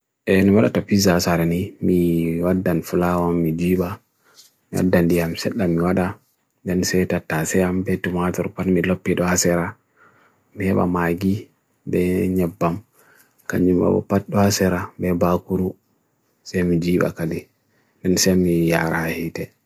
E nmwadata pizza asarani, mi waddan fulawam mi jiwa. nmwaddan diam set lam nwadda, dan se tatasya ampe tumadru panmi lapi dowasera. meba maagi, de nyabam, kanjumabu patwa asera, meba akuru. se mi jiwa kade, nmse mi yara heite.